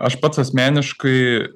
aš pats asmeniškai